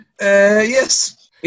Yes